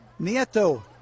Nieto